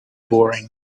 boring